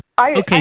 Okay